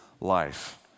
life